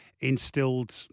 instilled